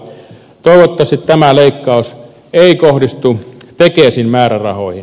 toivottavasti tämä leikkaus ei kohdistu tekesin määrärahoihin